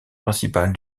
principal